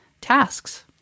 tasks